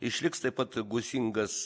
išliks taip pat gūsingas